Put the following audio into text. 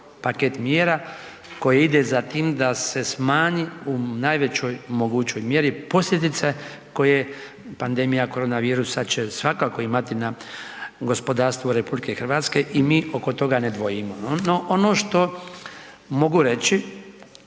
paket mjera koji ide za tim da se smanji u najvećoj mogućoj mjeri posljedice koje pandemija korona virusa će svakako imati na gospodarstvo Republike Hrvatske, i mi oko toga ne dvojimo. No ono što mogu reći,